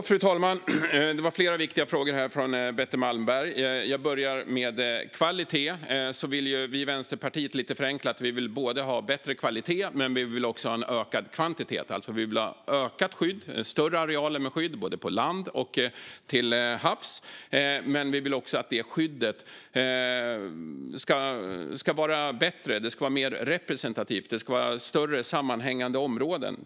Fru talman! Det var flera viktiga frågor från Betty Malmberg. Vad gäller kvalitet vill Vänsterpartiet lite förenklat ha både bättre kvalitet och ökad kvantitet. Vi vill ha större skyddade arealer både på land och till havs, och vi vill att skyddet ska vara bättre och mer representativt. Det ska till exempel vara större sammanhängande områden.